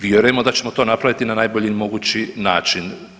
Vjerujemo da ćemo to napraviti na najbolji mogući način.